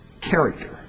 character